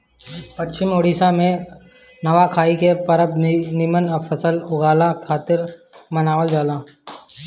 पश्चिम ओडिसा में नवाखाई के परब भी निमन फसल उगला खातिर मनावल जाला